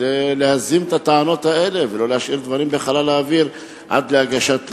כדי להזים את הטענות האלה ולא להשאיר דברים בחלל האוויר עד להגשת תלונה?